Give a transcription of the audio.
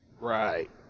Right